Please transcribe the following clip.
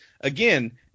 again